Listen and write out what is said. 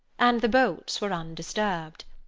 and the bolts were undisturbed.